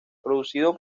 producido